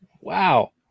wow